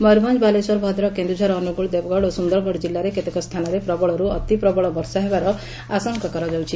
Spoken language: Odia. ମୟରଭଞା ବାଲେଶ୍ୱର ଭଦ୍ରକ କେନୁଝର ଅନୁଗୁଳ ଦେବଗଡ ଓ ସୁନ୍ଦରଗଡ କିଲ୍ଲାରେ କେତେକ ସ୍ଚାନରେ ପ୍ରବଳରୁ ଅତି ପ୍ରବଳ ବର୍ଷା ହେବାର ଆଶଙ୍କା କରାଯାଉଛି